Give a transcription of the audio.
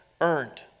earned